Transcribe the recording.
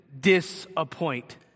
disappoint